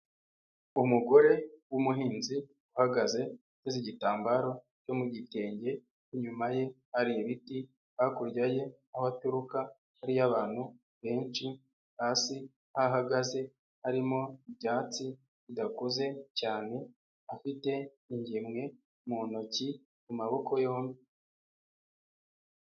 Umugore wumuhinzi uhagaze ateze igitambaro cyo mu gitenge, inyuma ye hari ibiti, hakurya ye aho aturuka hariyo abantu benshi, hasi aho ahagaze harimo ibyatsi bidakuze cyane, afite ingemwe mu ntoki mu maboko yombi.